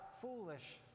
foolish